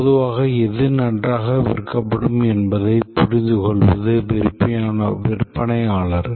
பொதுவாக எது நன்றாக விற்கப்படும் என்பதைப் புரிந்துகொள்வது விற்பனையாளர்